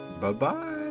Bye-bye